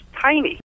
tiny